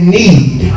need